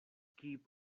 keep